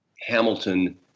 Hamilton